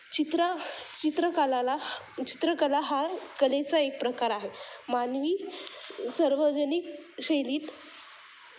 चित्रा चित्रकलाला चित्रकला हा कलेचा एक प्रकार आहे मानवी सार्वजनिक शैलीत